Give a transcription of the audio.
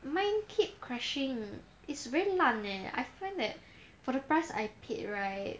mine keep crashing it's very 烂 eh I find that for the price I paid right